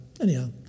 anyhow